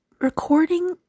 recording